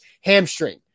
hamstring